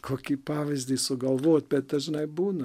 kokį pavyzdį sugalvot bet dažnai būna